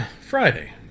Friday